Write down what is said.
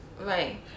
Right